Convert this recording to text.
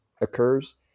occurs